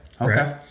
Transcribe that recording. okay